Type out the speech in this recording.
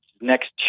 next